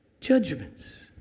judgments